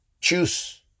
Choose